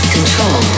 Control